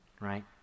Right